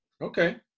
okay